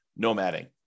nomading